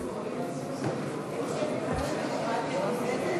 הצעת סיעת המחנה הציוני להביע אי-אמון בממשלה לא נתקבלה.